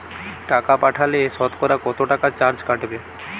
টাকা পাঠালে সতকরা কত টাকা চার্জ কাটবে?